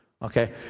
Okay